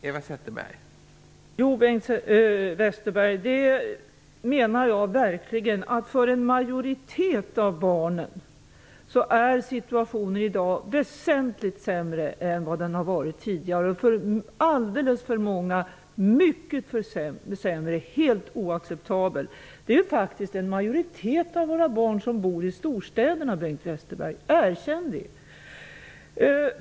Fru talman! Bengt Westerberg, det menar jag verkligen! För en majoritet av barnen är situationen i dag väsentligt sämre än vad den har varit tidigare. För alldeles för många barn är den mycket sämre; den är helt oacceptabel. Det är faktiskt en majoritet av våra barn som bor i storstäderna, Bengt Westerberg. Erkänn det!